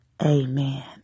Amen